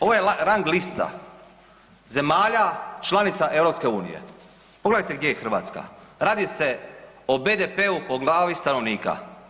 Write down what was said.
Ovo je rang lista zemalja članica EU, pogledajte gdje je Hrvatska, radi se o BDP-u po glavi stanovnika.